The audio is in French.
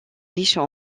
riches